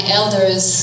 elders